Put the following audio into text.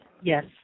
Yes